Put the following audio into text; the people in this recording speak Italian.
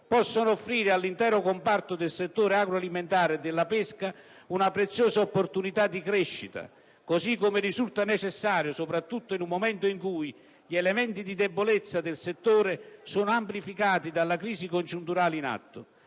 possano offrire all'intero comparto del settore agroalimentare e della pesca una preziosa opportunità di crescita, così come risulta necessario soprattutto in un momento in cui gli elementi di debolezza del settore sono amplificati dalla crisi congiunturale in atto